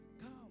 come